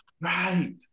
right